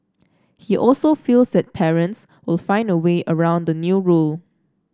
he also feels that parents will find a way around the new rule